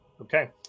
Okay